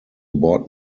board